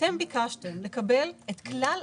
אתם ביקשתם לקבל את כלל